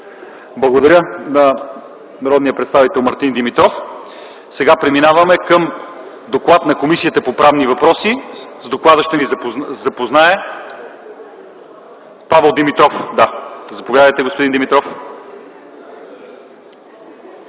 Благодаря на народния представител Мартин Димитров. Сега преминаваме към доклада на Комисията по правни въпроси, с който ще ни запознае Павел Димитров. Заповядайте, господин Димитров.